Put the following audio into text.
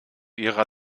ihrer